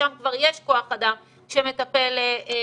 ששם כבר יש כוח אדם שמטפל בחולים,